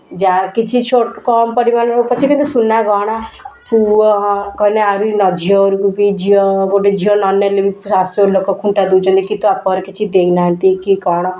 ଯାହା କିଛି ଛୋଟ୍ କମ ପରିମାଣର ହେଉ ପଛେ କିନ୍ତୁ ସୁନା ଗହଣା ପୁଅ କହିନେ ଆହୁରି ନ ଝିଅ ଘରକୁ ବି ଝିଅ ଗୋଟେ ଝିଅ ନ ନେଲେ ବି ଶାଶୁଘର ଲୋକ ଖୁଣ୍ଟା ଦେଉଛନ୍ତି କି ତୋ ବାପଘରେ କିଛି ଦେଇ ନାହାନ୍ତି କି କଣ